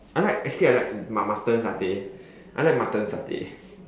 I like actually I like mu~ mutton satay I like mutton satay